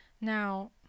now